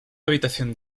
habitación